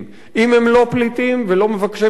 אם הם לא פליטים ולא מבקשי מקלט,